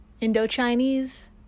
Indo-Chinese